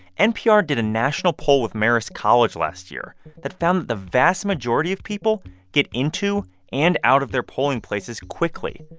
npr did a national poll with marist college last year that found that the vast majority of people get into and out of their polling places quickly,